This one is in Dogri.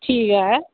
ठीक ऐ